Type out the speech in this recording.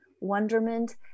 wonderment